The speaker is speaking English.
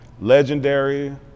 legendary